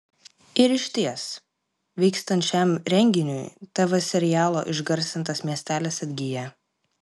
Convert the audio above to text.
ir išties vykstant šiam renginiui tv serialo išgarsintas miestelis atgyja